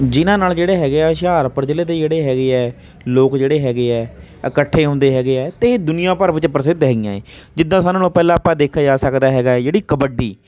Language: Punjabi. ਜਿਹਨਾਂ ਨਾਲ ਜਿਹੜੇ ਹੈਗੇ ਹੋਸ਼ਿਆਰਪੁਰ ਜ਼ਿਲ੍ਹੇ ਦੇ ਜਿਹੜੇ ਹੈਗੇ ਹੈ ਲੋਕ ਜਿਹੜੇ ਹੈਗੇ ਹੈ ਇਕੱਠੇ ਹੁੰਦੇ ਹੈਗੇ ਹੈ ਅਤੇ ਦੁਨੀਆਂ ਭਰ ਵਿੱਚ ਪ੍ਰਸਿੱਧ ਹੈਗੀਆਂ ਜਿੱਦਾਂ ਸਾਰਿਆਂ ਨਾਲੋਂ ਪਹਿਲਾਂ ਆਪਾਂ ਦੇਖਿਆ ਜਾ ਸਕਦਾ ਹੈਗਾ ਏ ਜਿਹੜੀ ਕਬੱਡੀ